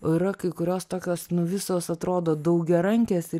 o yra kai kurios tokios nu visos atrodo daugiarankės ir